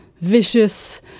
vicious